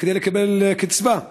כדי לקבל קצבה.